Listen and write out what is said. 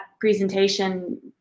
presentation